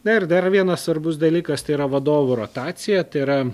na ir dar vienas svarbus dalykas tai yra vadovų rotacija tai yra